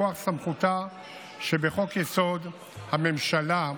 מכוח סמכותה שבחוק-יסוד: הממשלה,